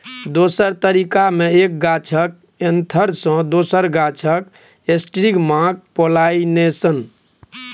दोसर तरीका मे एक गाछक एन्थर सँ दोसर गाछक स्टिगमाक पोलाइनेशन